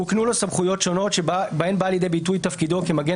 הוקנו לו סמכויות שונות שבהן בא לידי ביטוי תפקידו כמגן